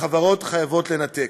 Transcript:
החברות חייבות לנתק.